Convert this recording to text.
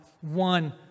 one